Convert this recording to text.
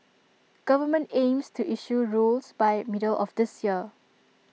government aims to issue rules by middle of this year